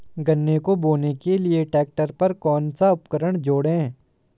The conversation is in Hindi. गन्ने को बोने के लिये ट्रैक्टर पर कौन सा उपकरण जोड़ें?